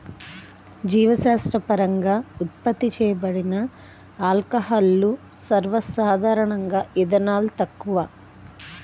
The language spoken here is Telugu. జీవశాస్త్రపరంగా ఉత్పత్తి చేయబడిన ఆల్కహాల్లు, సర్వసాధారణంగాఇథనాల్, తక్కువ